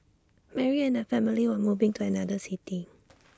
Mary and her family were moving to another city